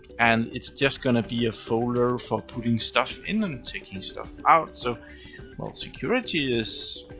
and it's just going to be a folder for putting stuff in and taking stuff out so security is